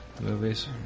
movies